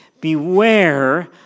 Beware